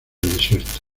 desierto